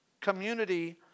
community